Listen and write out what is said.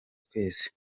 twese